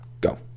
go